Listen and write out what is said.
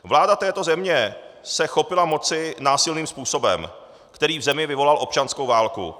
Vláda této země se chopila moci násilným způsobem, který v zemi vyvolal občanskou válku.